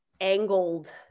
angled